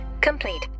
complete